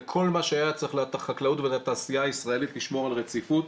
לכל מה שהיה צריך לחקלאות ולתעשייה הישראלית בשביל לשמור על רציפות.